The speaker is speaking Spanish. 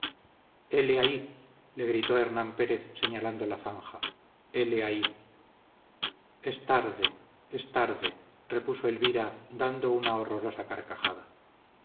hele ahí le gritó hernán pérez señalando la zanja hele ahí es tarde es tarde repuso elvira dando una horrorosa carcajada